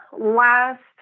last